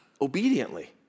obediently